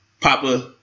Papa